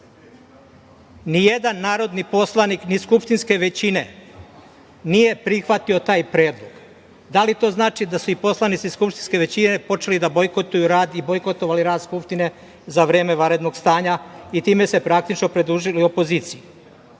ni jedan narodni poslanik, ni skupštinske većine, nije prihvatio taj predlog. Da li to znači da su i poslanici skupštinske većine počeli da bojkotuju rad i bojkotovali rad Skupštine za vreme vanrednog stanja i time se praktično pridružili opoziciji? Zbog